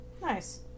nice